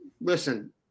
Listen